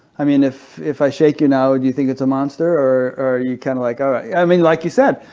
i mean, if if i shake you now, ah do you think it's a monster or are you, well, kind of like i mean like you said,